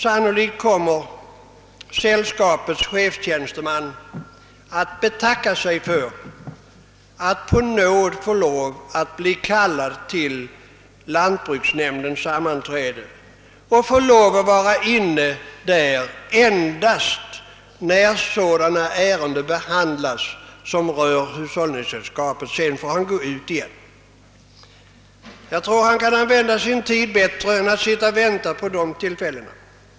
Sannolikt kommer sällskapets chefstjänsteman att betacka sig för att på nåd få lov att bli kallad till lantbruksnämndens sammanträde och där få lov att vara inne endast när sådana ärenden behandlas som rör hushållningssällskapet. Sedan får han gå ut igen. Jag tror att han kan använda sin tid bättre än att sitta och vänta på dessa tillfällen.